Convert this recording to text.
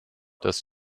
das